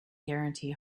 guarantee